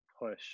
push